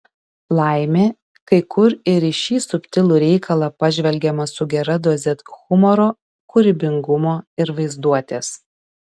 laimė kai kur ir į šį subtilų reikalą pažvelgiama su gera doze humoro kūrybingumo ir vaizduotės